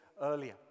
earlier